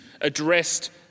addressed